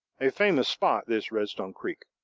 a famous spot, this redstone creek.